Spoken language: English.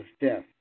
death